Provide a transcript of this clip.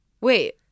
wait